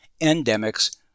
endemics